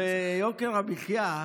ביוקר המחיה,